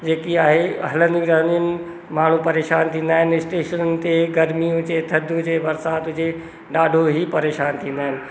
जेकी आहे हलंदी रहंदियुनि माण्हू परेशानु थींदा आहिनि स्टेशन ते गर्मी हुजे थदि हुजे बरसाति हुजे ॾाढो ई परेशानु थींदा आहिनि